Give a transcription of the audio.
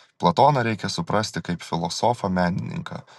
platoną reikia suprasti kaip filosofą menininką